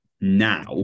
Now